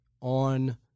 on